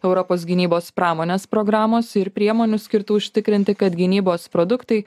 europos gynybos pramonės programos ir priemonių skirtų užtikrinti kad gynybos produktai